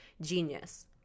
genius